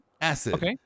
Acid